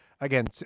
again